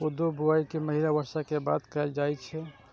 कोदो के बुआई पहिल बर्षा के बाद कैल जाइ छै